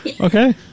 Okay